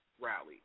rally